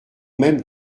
même